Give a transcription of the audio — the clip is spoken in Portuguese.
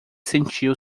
sentiu